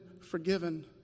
forgiven